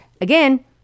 again